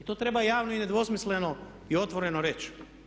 I to treba javno i nedvosmisleno i otvoreno reći.